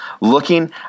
looking